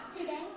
Today